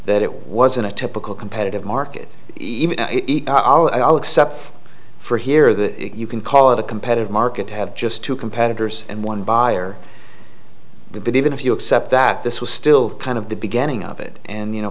that it wasn't a typical competitive market even except for here that you can call it a competitive market to have just two competitors and one buyer but even if you accept that this was still kind of the beginning of it and you know